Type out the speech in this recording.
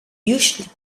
usually